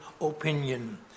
opinion